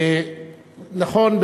נכון,